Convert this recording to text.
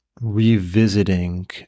revisiting